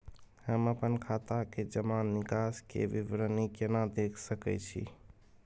हम अपन खाता के जमा निकास के विवरणी केना देख सकै छी?